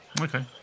Okay